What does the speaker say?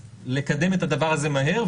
לקדם את הדבר הזה מהר,